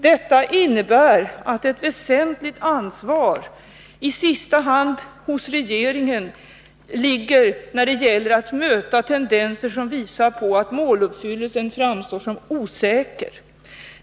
Detta innebär att ett väsentligt ansvar ——— läggs på —— —i sista hand regeringen när det gäller att möta tendenser som visar på att måluppfyllelsen framstår som osäker.